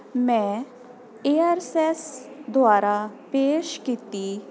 ਮੈਂ ਏਅਰਸੈਸ ਦੁਆਰਾ ਪੇਸ਼ ਕੀਤੀ